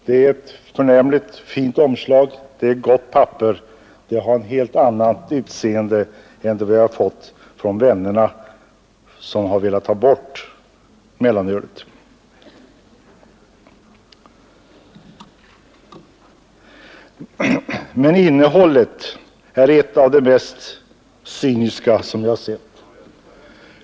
Det är ett förnämligt omslag, det är gott papper, det har ett helt annat utseende än vad vi har fått från dem som har velat ta bort mellanölet. Men innehållet är något av det mest cyniska som jag sett.